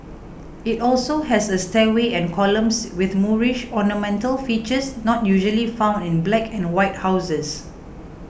it also has a stairway and columns with Moorish ornamental features not usually found in black and white houses